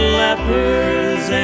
lepers